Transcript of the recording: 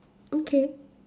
okay